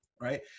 right